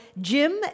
Jim